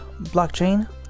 Blockchain